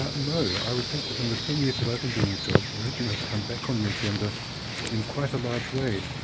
ah, no. i would think that in the ten years that i've been doing the job, religion has come back on the agenda in quite a large way.